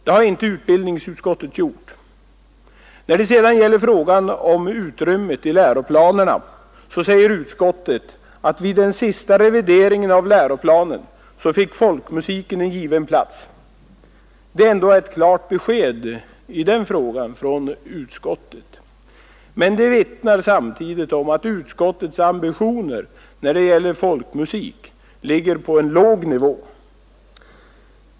Det har inte utbildningsutskottet gjort. När det sedan gäller frågan om utrymmet i läroplanerna säger utskottet att vid den senaste revideringen av läroplanen fick folkmusiken en given plats. Det är ändå ett klart besked i den frågan från utskottet. Men det vittnar samtidigt om att utskottets ambitioner när det gäller folkmusik ligger på en låg nivå.